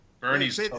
Bernie's